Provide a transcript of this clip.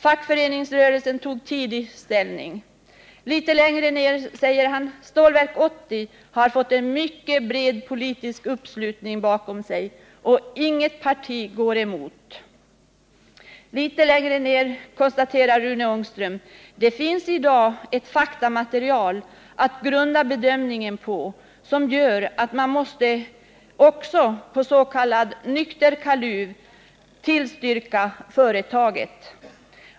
Fackföreningsrörelsen tog tidigt ställning Ännu längre ned säger han:”Stålverk 80 har fått en mycket bred politisk uppslutning bakom sig, och inget parti går emot.” Sedan konstaterar Rune Ångström att det i dag finns ” ett faktamaterial att grunda bedömningen på, som gör att man också på s.k. nykter kaluv vill tillstyrka företaget”.